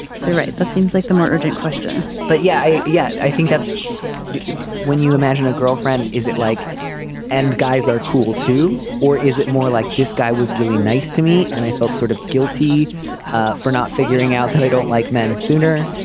so right. that seems like the more urgent question. but yeah yeah. i think that's when you imagine a girlfriend. is it like and guys are cool too or is it more like this guy was really nice to me and i felt sort of guilty ah for not figuring out that i don't like men sooner.